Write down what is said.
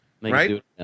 Right